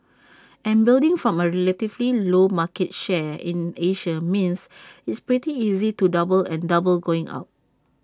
and building from A relatively low market share in Asia means it's pretty easy to double and double going up